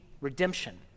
redemption